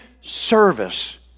service